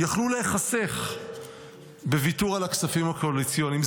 יכלו להיחסך בוויתור על הכספים הקואליציוניים.